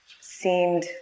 seemed